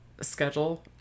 schedule